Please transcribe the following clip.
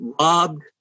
robbed